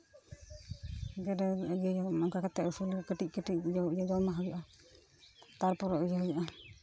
ᱜᱮᱰᱮ ᱤᱭᱟᱹᱭᱮᱢ ᱚᱝᱠᱟ ᱠᱟᱛᱮ ᱟᱹᱥᱩᱞ ᱠᱟᱹᱴᱤᱡ ᱠᱟᱹᱴᱤᱡ ᱤᱭᱟᱹ ᱫᱚ ᱮᱢᱟ ᱦᱩᱭᱩᱜᱼᱟ ᱛᱟᱨᱯᱚᱨᱮ ᱤᱭᱟᱹ ᱦᱩᱭᱩᱜᱼᱟ